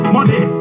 Money